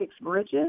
bridges